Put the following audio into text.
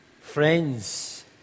Friends